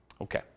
Okay